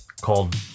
called